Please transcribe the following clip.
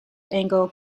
angle